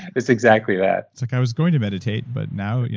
it's exactly that. it's like i was going to meditate, but now,